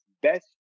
best